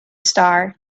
star